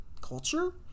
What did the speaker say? culture